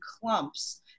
clumps